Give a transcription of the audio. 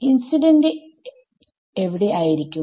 incident എവിടെ ആയിരിക്കും